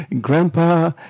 Grandpa